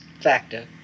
factor